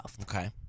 Okay